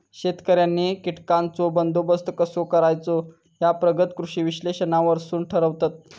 शेतकऱ्यांनी कीटकांचो बंदोबस्त कसो करायचो ह्या प्रगत कृषी विश्लेषणावरसून ठरवतत